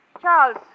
Charles